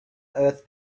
earth